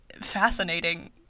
fascinating